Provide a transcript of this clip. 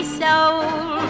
soul